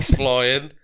flying